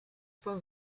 pan